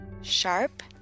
sharp